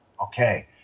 okay